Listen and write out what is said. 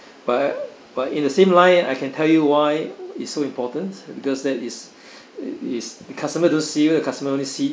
but but in the same line and I can tell you why it's so important because that is it is the customer don't see you the customer only see